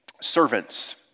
servants